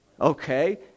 Okay